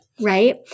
Right